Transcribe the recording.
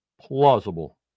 plausible